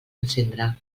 encendre